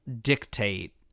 dictate